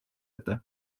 ette